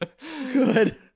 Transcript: Good